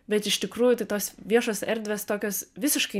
bet iš tikrųjų tai tos viešos erdvės tokios visiškai